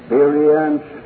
Experience